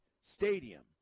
stadium